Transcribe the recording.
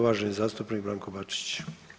Uvaženi zastupnik Branko Bačić.